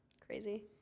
Crazy